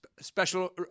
special